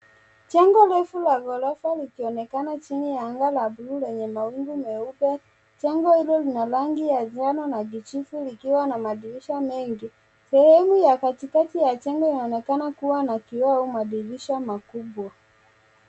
Jengo refu la ghorofa likionekana chini ya anga la bluu lenye mawingu meupe, jengo hilo lina rangi ya njano na kijivu likiwa na madirisha mengi. Sehemu ya katikati ya jengo linaonekana kua kio au madirisha makubwa.